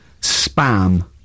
Spam